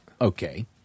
okay